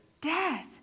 death